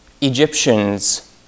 Egyptians